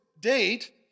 date